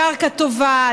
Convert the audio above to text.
קרקע טובה,